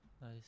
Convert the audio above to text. Nice